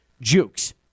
jukes